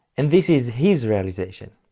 and this is his realization